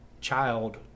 child